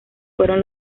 fueron